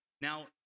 now